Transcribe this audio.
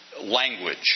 language